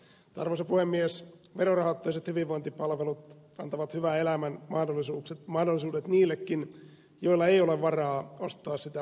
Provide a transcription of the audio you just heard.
mutta arvoisa puhemies verorahoitteiset hyvinvointipalvelut antavat hyvän elämän mahdollisuudet niillekin joilla ei ole varaa ostaa niitä markkinoilta